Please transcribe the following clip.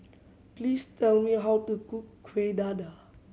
please tell me how to cook Kuih Dadar